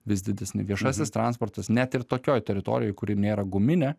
vis didesni viešasis transportas net ir tokioj teritorijoj kuri nėra guminė